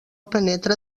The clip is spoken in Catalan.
penetra